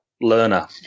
learner